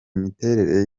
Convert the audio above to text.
miterere